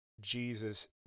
Jesus